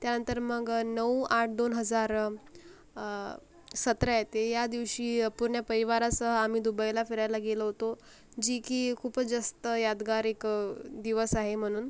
त्यानंतर मग नऊ आठ दोन हजार सतरा येते या दिवशी पूर्ण परिवारासह आम्ही दुबईला फिरायला गेलो होतो जी की खूपच जास्त यादगार एक दिवस आहे म्हणून